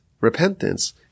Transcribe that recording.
repentance